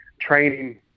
training